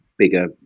bigger